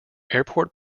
airport